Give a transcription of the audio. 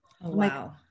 wow